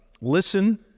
Listen